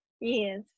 Yes